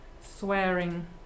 swearing